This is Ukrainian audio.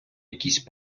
якісь